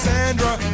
Sandra